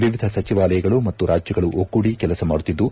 ವಿವಿಧ ಸಚಿವಾಲಯಗಳು ಮತ್ತು ರಾಜ್ಯಗಳು ಒಗ್ಗೂಡಿ ಕೆಲಸ ಮಾಡುತ್ತಿದ್ದು